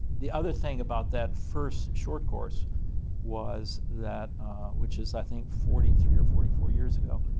the other thing about that first short course was that which is i think forty three or forty four years ago,